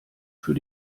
für